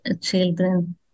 children